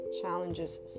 challenges